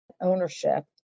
ownership